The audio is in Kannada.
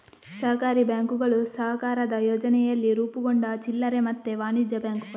ಸಹಕಾರಿ ಬ್ಯಾಂಕುಗಳು ಸಹಕಾರದ ಯೋಚನೆಯಲ್ಲಿ ರೂಪುಗೊಂಡ ಚಿಲ್ಲರೆ ಮತ್ತೆ ವಾಣಿಜ್ಯ ಬ್ಯಾಂಕುಗಳು